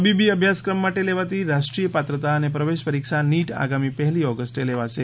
તબીબી અભ્યાસક્રમો માટે લેવાતી રાષ્ટ્રીય પાત્રતા અને પ્રવેશ પરીક્ષા નીટ આગામી પહેલી ઓગસ્ટે લેવાશે